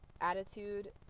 attitude